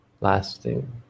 lasting